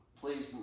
Please